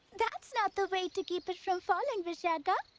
that's not the way to keep it from falling, vishaka!